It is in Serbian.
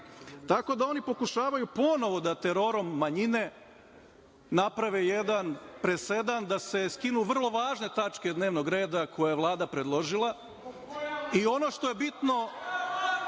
da oni pokušavaju ponovo da terorom manjine naprave jedan presedan da se skinu vrlo važne tačke dnevnog reda koje je Vlada predložila i ono što je bitno,